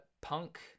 Punk